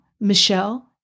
Michelle